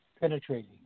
penetrating